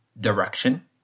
direction